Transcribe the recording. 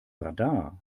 radar